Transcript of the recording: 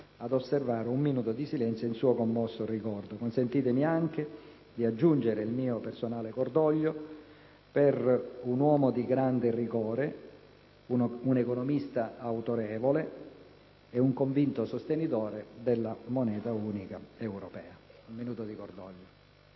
ad osservare un minuto di silenzio, in suo commosso ricordo. Consentitemi anche di aggiungere il mio personale cordoglio per un uomo di grande rigore, un economista autorevole e un convinto sostenitore della moneta unica europea. *(L'Assemblea